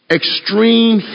extreme